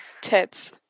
Tits